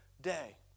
day